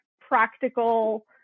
practical